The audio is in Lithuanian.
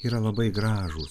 yra labai gražūs